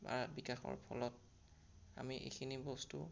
বা বিকাশৰ ফলত আমি এইখিনি বস্তু